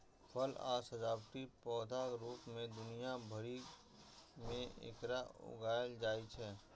फल आ सजावटी पौधाक रूप मे दुनिया भरि मे एकरा उगायल जाइ छै